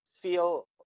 feel